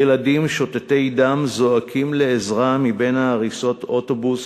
ילדים שותתי דם זועקים לעזרה מבין הריסות אוטובוס